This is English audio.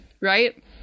right